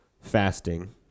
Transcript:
fasting